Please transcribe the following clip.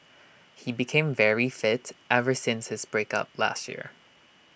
he became very fit ever since his break up last year